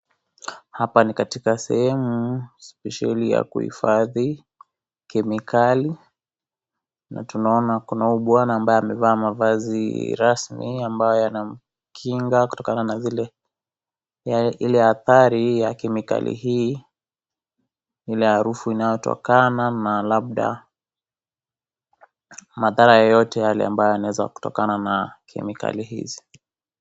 Hapa ni katika sehemu spesheli ya kuhifadhi kemikali na tunaona kuna huyu bwana ambaye amevaa mavazi rasmi ambayo yanamkinga kutokana na ile athari ya kemikali hii, ile harufu inayotokana na labda madhara yeyote yale ambayo yanaweza kutokana na kemikali hizi.